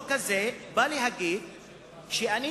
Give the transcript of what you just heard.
חוק כזה בא להגיד שאני,